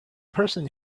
person